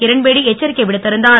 கிரண்பேடி எச்சரிக்கை விடுத்து இருந்தார்